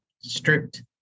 strict